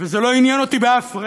וזה לא עניין אותי לרגע,